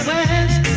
West